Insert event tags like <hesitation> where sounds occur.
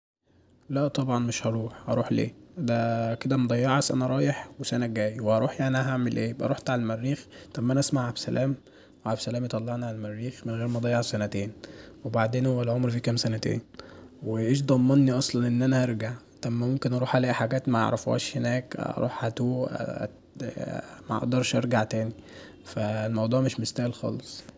لأ طبعا مش هروح، هروح ليه! دا كدا <hesitation> مضيعه سنة رايح وسنة جايه، وهروح يعني اعمل ايه، لو روحت علي المريخ طب ما انا أسمع عبد السلام وعبد السلام يطلعني علي المريخ من غير ما اضيع سنتين وبعدين هو العمر فيه كام سنتين وانا ايش ضمني اصلا ان انا ارجع، طب ما انا ممكن اروح الاقي حاجات ميعرفوهاش هناك هروح اتوه <hesitation> > مقدرش ارجع تاني، فالموضوع مش مستاهل خالص.